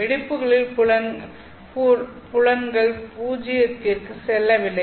வெடிப்புகளில் புலங்கள் பூஜ்ஜயத்திற்கு செல்லவில்லை